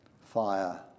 fire